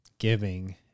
giving